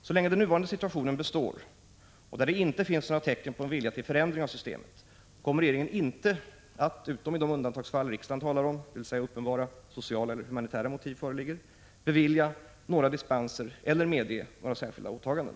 Så länge den nuvarande situationen består, och där det inte finns några tecken på en vilja till en förändring av systemet, kommer regeringen inte att, utom i de undantagsfall riksdagen talar om, dvs. då uppenbara sociala eller humanitära motiv föreligger, bevilja några dispenser eller medge några särskilda åtaganden.